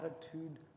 attitude